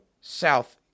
South